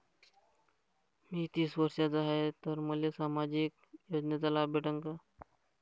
मी तीस वर्षाचा हाय तर मले सामाजिक योजनेचा लाभ भेटन का?